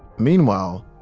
meanwhile,